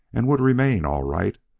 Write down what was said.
and would remain all right,